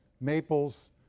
maples